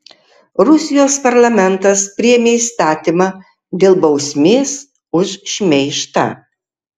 rusijos parlamentas priėmė įstatymą dėl bausmės už šmeižtą